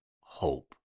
hope